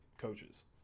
coaches